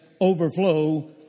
overflow